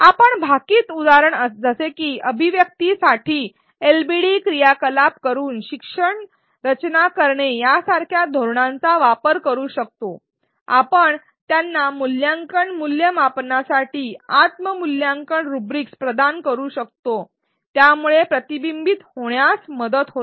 आपण भाकीत उदाहरण जसे की अभिव्यक्तीसाठी एलबीडी क्रियाकलाप करून शिक्षण रचना करणे यासारख्या धोरणांचा वापर करू शकतो आपण त्यांना मूल्यांकन मूल्यमापनासाठी आत्म मूल्यांकन रुब्रिक्स प्रदान करू शकतो यामुळे प्रतिबिंबित होण्यास मदत होते